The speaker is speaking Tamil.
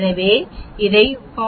எனவே இதை 40